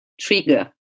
trigger